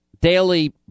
daily